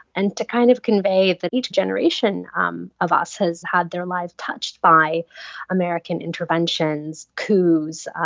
and to kind of convey that each generation um of us has had their lives touched by american interventions, coups,